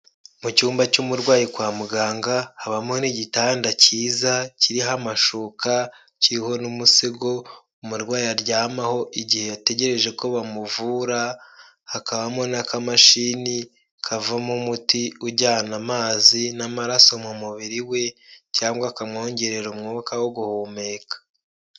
Mu cyumba cy'umurwayi kwa muganga, habamo n'igitanda cyiza, kiriho amashuka, kiriho n'umusego, umurwayi aryamaho igihe ategereje ko bamuvura, hakabamo n'akamashini kavamo umuti ujyana amazi n'amaraso mu mubiri we cyangwa kamwongerera umwuka wo guhumeka.